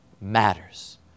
matters